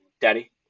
Daddy